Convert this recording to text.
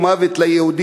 וכתבו 'מוות ליהודים'